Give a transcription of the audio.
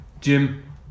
Jim